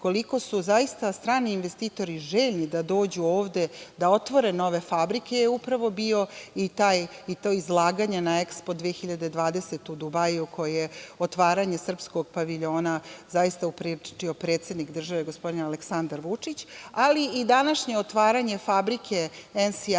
koliko su zaista strani investitori željni da dođu ovde, da otvore nove fabrike je upravo bio i to izlaganje na „Ekspo 2020“ u Dubaiju koji je otvaranje srpskog paviljona zaista upriličio predsednik države, gospodin Aleksandar Vučić, ali i današnje otvaranje fabrike „NSR“